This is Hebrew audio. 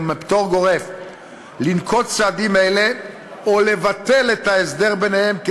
מפטור גורף לנקוט צעדים אלה או לבטל את ההסדר ביניהם,